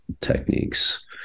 techniques